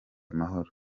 amahoro